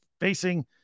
facing